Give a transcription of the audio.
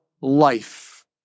life